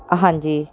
ਹਾਂਜੀ